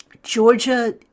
Georgia